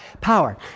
Power